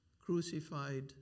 crucified